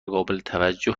قابلتوجه